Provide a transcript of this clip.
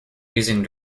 using